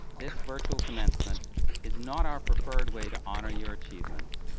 this virtual commencement is not our preferred way to honor your achievements,